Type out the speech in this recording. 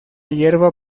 hierba